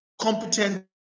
competent